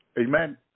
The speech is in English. Amen